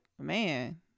man